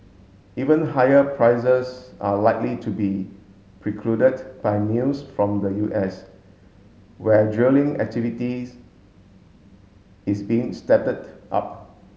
even higher prices are likely to be precluded by news from the U S where drilling activities is being up